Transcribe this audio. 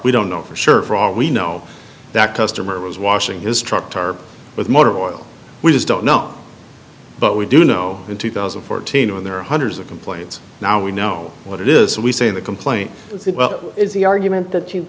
we don't know for sure for all we know that customer was washing his truck with motor oil we just don't know but we do know in two thousand and fourteen when there are hundreds of complaints now we know what it is we say the complaint well is the argument that you